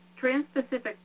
Trans-Pacific